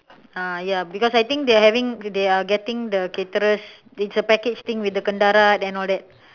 uh ya because I think they are having they are getting the caterers it's a package thing with the kendarat and all that